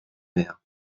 mehr